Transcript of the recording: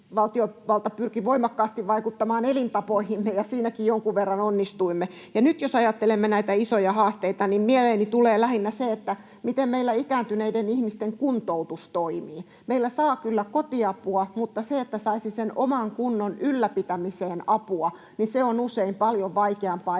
valtiovalta pyrki voimakkaasti vaikuttamaan elintapoihimme, ja siinäkin jonkun verran onnistuimme, ja nyt jos ajattelemme näitä isoja haasteita, niin mieleeni tulee lähinnä se, miten meillä ikääntyneiden ihmisten kuntoutus toimii. Meillä saa kyllä kotiapua, mutta se, että saisi sen oman kunnon ylläpitämiseen apua, on usein paljon vaikeampaa,